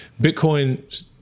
Bitcoin